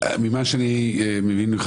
מה שאני מבין ממך,